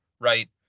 right